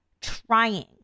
trying